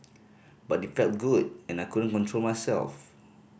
but it felt good and I couldn't control myself